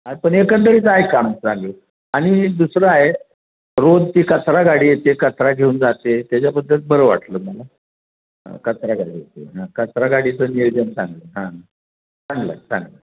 हा पण एकंदरीत आहे काम चांगलं आणि दुसरं आहे रोज ती कचरा गाडी येते कचरा घेऊन जाते त्याच्याबद्दल बरं वाटलं मला कचरा गाडी येते हां कचरा गाडीचं नियोजन चांगलं हां चांगलं आहे चांगलं आहे